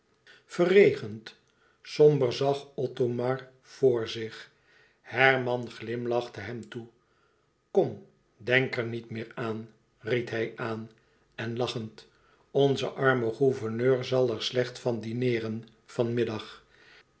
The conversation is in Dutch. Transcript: verregend somber zag othomar voor zich herman glimlachte hem toe kom denk er niet meer aan ried hij aan en lachend onze arme gouverneur zal er slecht van dineeren van middag